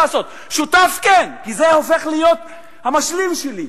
שותף כן, כי זה הופך להיות המשלים שלי.